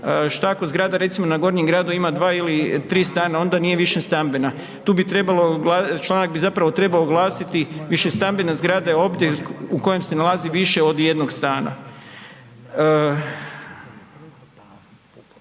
Šta ako zgrada recimo na gornjem gradu ima 2 ili 3 stana onda nije više stambena? Tu bi trebalo, članak bi zapravo trebao glasiti, višestambena zgrada je objekt u kojem se nalazi više od jednog stana.